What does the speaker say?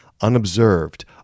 unobserved